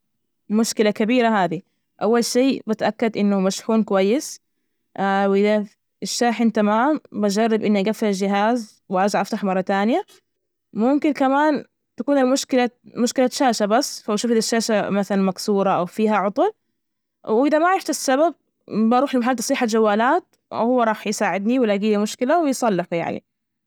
مشكلة كبيرة، هذي أول شي بتأكد إنه مشحون كويس، وإذا الشاحن تمام بجرب إني أجفل الجهاز، وأرجع أفتح مرة ثانيه. ممكن كمان تكون المشكلة مشكلة شاشة بس شوف إذا الشاشة مثلا مكسورة أو فيها عطل، وإذا ما عرفت السبب بروح لمحل تصليح الجوالات وهو راح يساعدني ويلاجيلي المشكلة ويصلحه يعني.